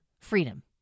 freedom